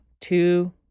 two